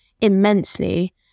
immensely